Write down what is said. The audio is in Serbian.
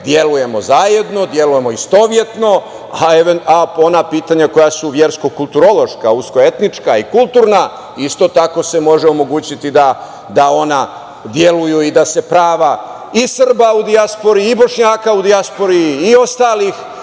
delujemo zajedno, delujemo istovetno, a ona pitanja koja su versko-kulturološka, usko etnička i kulturna, isto tako se može omogućiti da ona deluju i da se prava i Srba u dijaspori i Bošnjaka u dijaspori i ostalih